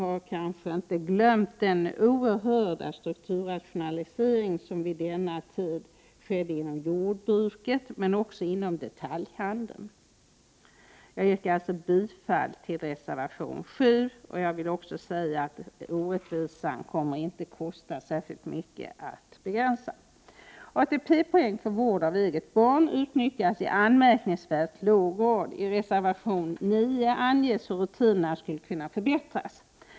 Vi får inte glömma den oerhörda strukturrationalisering som under denna tid skedde inom jordbruket, men också inom detaljhandeln. Jag yrkar bifall till reservation 7. Jag vill också säga att det inte kommer att kosta särskilt mycket att begränsa denna orättvisa. ATP-poäng för vård av eget barn utnyttjas i anmärkningsvärt låg grad. I reservation 9 anges hur rutinerna skulle kunna förbättras.